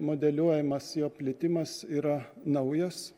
modeliuojamas jo plitimas yra naujas